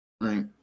right